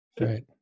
Right